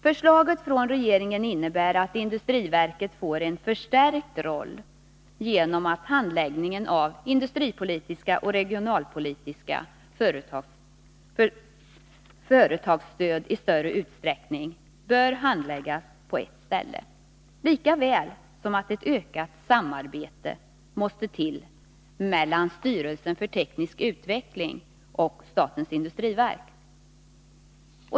Förslaget från regeringen innebär att industriverket får en förstärkt roll genom att handläggning av industripolitiska och regionalpolitiska företagsstöd i större utsträckning skall handläggas på ett ställe liksom ett ökat samarbete skall komma till stånd mellan styrelsen för teknisk utveckling och statens industriverk.